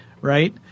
right